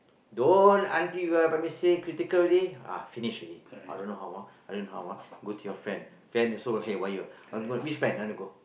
don't until you have a mistake critical already ah finish already I don't know how ah I don't know how ah go to your friend friend also haywire I want to go which friend you want to go